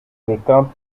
fréquente